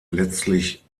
letztlich